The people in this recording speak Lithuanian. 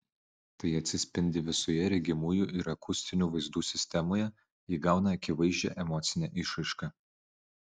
tai atsispindi visoje regimųjų ir akustinių vaizdų sistemoje įgauna akivaizdžią emocinę išraišką